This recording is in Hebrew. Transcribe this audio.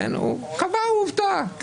הוא קבע עובדה: